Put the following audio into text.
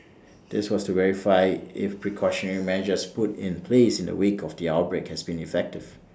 this was to verify if precautionary measures put in place in the wake of the outbreak has been effective